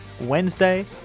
Wednesday